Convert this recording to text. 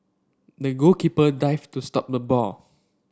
the goalkeeper dived to stop the ball